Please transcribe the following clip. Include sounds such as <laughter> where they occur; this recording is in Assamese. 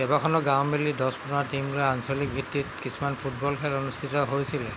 কেইবাখনো গাঁও মেলি <unintelligible> আঞ্চলিক ভিত্তিত কিছুমান ফুটবল খেল অনুষ্ঠিত হৈছিলে